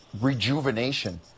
rejuvenation